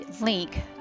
link